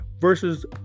versus